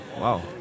Wow